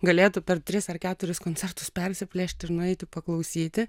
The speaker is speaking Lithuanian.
galėtų per tris ar keturis koncertus persiplėšti ir nueiti paklausyti